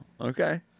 okay